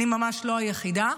אני ממש לא היחידה.